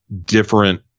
different